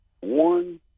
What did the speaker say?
One